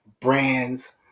brands